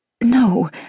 No